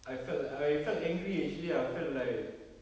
I felt I felt angry actually I felt like